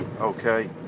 okay